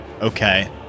Okay